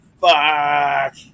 fuck